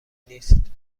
نیست